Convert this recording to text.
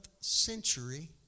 century